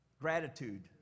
Gratitude